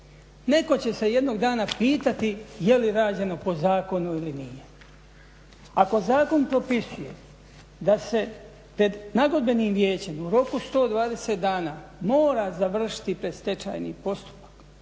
Netko će se jednog dana pitati je li rađeno po zakonu ili nije? Ako zakon propisuje da se pred nagodbenim vijećem u roku 120 dana mora završiti predstečajni postupak